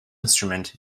instrument